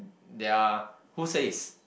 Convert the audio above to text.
there're who says